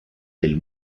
del